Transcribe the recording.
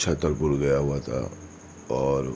چھترپور گیا ہوا تھا اور